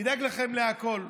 אדאג לכם לכול.